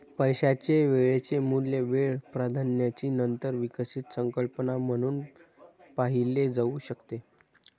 पैशाचे वेळेचे मूल्य वेळ प्राधान्याची नंतर विकसित संकल्पना म्हणून पाहिले जाऊ शकते